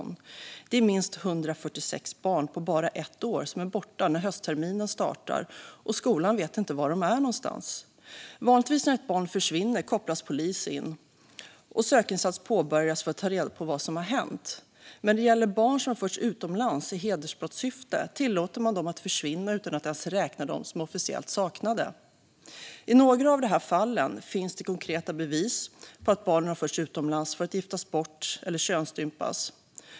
Under bara ett år är det minst 146 barn som är borta när höstterminen startar. Skolan vet inte var de är någonstans. Vanligtvis när ett barn försvinner kopplas polis in, och sökinsats påbörjas för att ta reda på vad som har hänt. Men när det gäller barn som har förts utomlands i hedersbrottssyfte tillåter man dem att försvinna och räknar dem inte ens som officiellt saknade. I några av de här fallen finns det konkreta bevis på att barnen har förts utomlands för att giftas bort eller könsstympas.